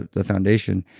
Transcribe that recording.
the foundation,